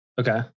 Okay